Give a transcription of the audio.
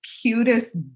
cutest